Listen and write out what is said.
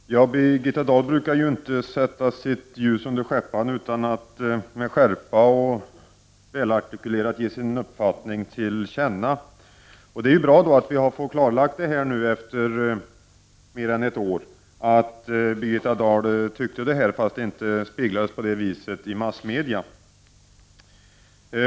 Herr talman! Birgitta Dahl brukar inte sätta sitt ljus under skäppan, utan välartikulerat och med skärpa ge sin uppfattning till känna. Det är bra att vi efter mer än ett år får klarlagt vad Birgitta Dahl tyckte, fast det inte speglades på det sättet i massmedia.